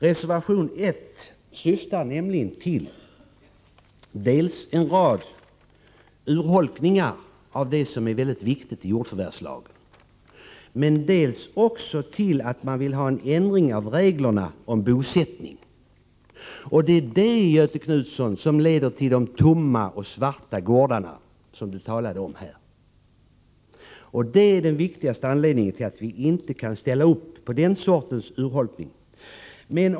Reservation 1 innebär nämligen dels en rad urholkningar av det som är väldigt viktigt i jordförvärvslagen, dels ändringar i reglerna om bosättning. Det är, Göthe Knutson, detta som leder till de tomma och svarta gårdarna, som Göthe Knutson talade om här. Det är den viktigaste anledningen till att vi inte kan ställa upp på sådana urholkningar.